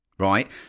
Right